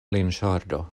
linŝardo